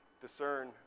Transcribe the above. discern